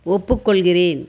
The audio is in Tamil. ஒப்புக்கொள்கிறேன்